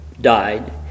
died